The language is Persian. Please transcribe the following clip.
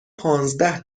پانزده